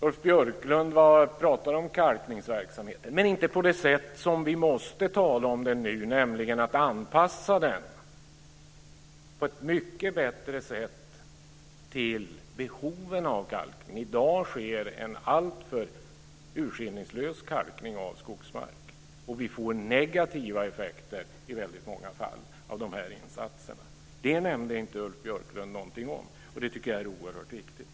Ulf Björklund pratar om kalkningsverksamheten men inte på det sätt som vi nu måste tala om den, nämligen att den på ett bättre sätt måste anpassas till de behov som finns. I dag sker en alltför urskillningslös kalkning av skogsmark, och insatserna ger i många fall negativa effekter. Det nämnde inte Ulf Björklund någonting om, vilket jag tycker är oerhört viktigt.